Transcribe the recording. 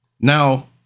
Now